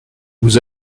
vous